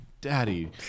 Daddy